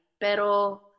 Pero